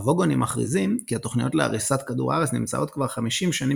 הווגונים מכריזים כי התוכניות להריסת כדור הארץ נמצאות כבר 50 שנים